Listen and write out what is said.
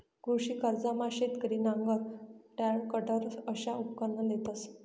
कृषी कर्जमा शेतकरी नांगर, टरॅकटर अशा उपकरणं लेतंस